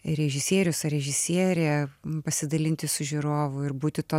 režisierius ar režisierė pasidalinti su žiūrovu ir būti to